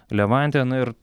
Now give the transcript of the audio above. levantę na ir